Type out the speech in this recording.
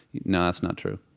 no that's not true.